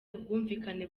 ubwumvikane